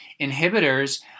inhibitors